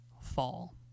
fall